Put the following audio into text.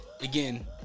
again